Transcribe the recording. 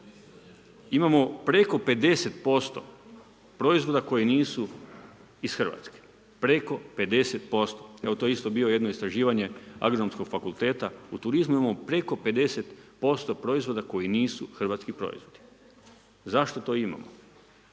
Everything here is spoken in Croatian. imamo preko 50% proizvoda koji nisu iz Hrvatske, preko 50%. Evo to je isto bio jedno istraživanje agronomskog fakulteta u turizmu imamo preko 50% proizvoda koji nisu hrvatski proizvodi. Zašto to imamo?